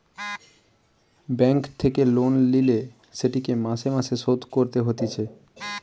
bank থেকে loan লিলে সেটিকে মাসে মাসে শোধ করতে হতিছে